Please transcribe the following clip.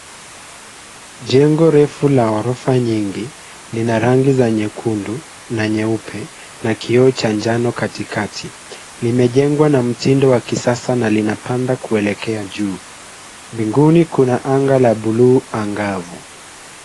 Jengo refu la ghorofa nyingi ina rangi za nyekundu na nyeupe na kioo cha njano katikati. Umejengwa kwa mtindo wa kisasa na linapanda kuelekea juu. Mbinguni kuna anga la bluu angavu.